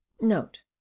Note